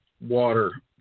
water